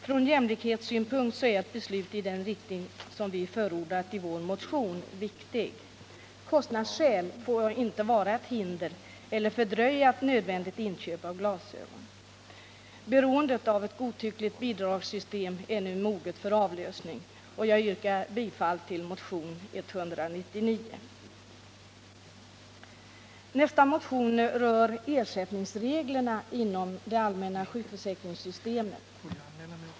Från jämlikhetssynpunkt är ett beslut i den riktning vi förordat i vår motion viktigt. Kostnadssynpunkter får inte vara ett hinder eller fördröja ett nödvändigt inköp av glasögon. Beroendet av ett godtyckligt bidragssystem är nu moget för avlösning. Jag yrkar bifall till motionen 199. Nästa motion rör ersättningsreglerna inom det allmänna sjukförsäkringssystemet.